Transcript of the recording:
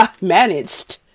managed